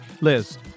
Liz